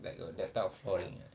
like got that type of flooring ah